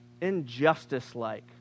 injustice-like